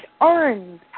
orange